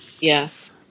Yes